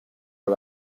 are